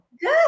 Good